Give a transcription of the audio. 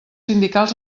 sindicals